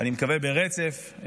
ברצף,